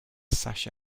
sasha